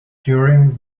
during